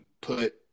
put